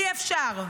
אי-אפשר.